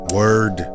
word